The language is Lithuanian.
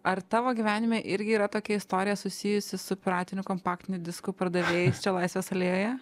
ar tavo gyvenime irgi yra tokia istorija susijusi su piratinių kompaktinių diskų pardavėjais čia laisvės alėjoje